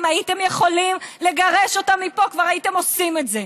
אם הייתם יכולים לגרש אותם מפה כבר הייתם עושים את זה.